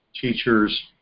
teachers